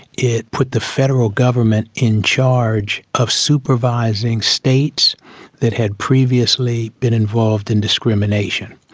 it put the federal government in charge of supervising states that had previously been involved in discrimination.